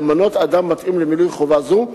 למנות אדם מתאים למילוי חובה זו,